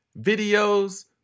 videos